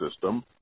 system